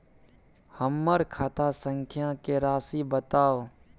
हमर खाता संख्या के राशि बताउ